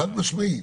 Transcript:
חד משמעית.